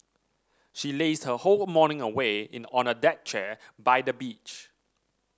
she lazed her whole morning away in on a deck chair by the beach